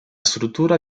struttura